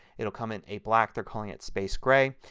it will come in a black, they are calling it space grey,